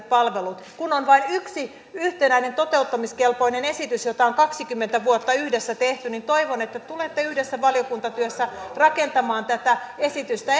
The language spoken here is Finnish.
palvelut kun on vain yksi yhtenäinen toteuttamiskelpoinen esitys jota on kaksikymmentä vuotta yhdessä tehty niin toivon että tulette yhdessä valiokuntatyössä rakentamaan tätä esitystä